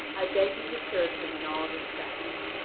i beg you to serve him in all respects.